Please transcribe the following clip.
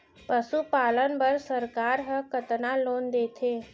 पशुपालन बर सरकार ह कतना लोन देथे?